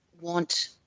want